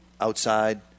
outside